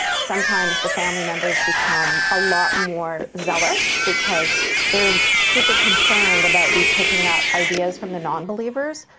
sometimes the family members become a lot more zealous because they're super concerned about you picking up ideas from the non-believers,